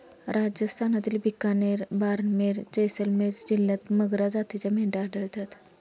राजस्थानातील बिकानेर, बारमेर, जैसलमेर जिल्ह्यांत मगरा जातीच्या मेंढ्या आढळतात